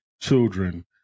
children